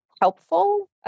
helpful